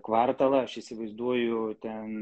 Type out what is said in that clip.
kvartalą aš įsivaizduoju ten